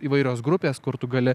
įvairios grupės kur tu gali